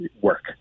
work